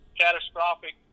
catastrophic